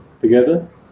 together